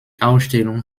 ausstellung